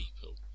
people